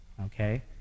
Okay